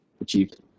achieved